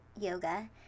Yoga